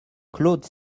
claude